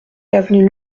avenue